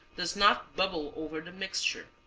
does not bubble over the mixture.